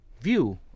view